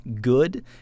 good